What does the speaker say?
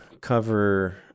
cover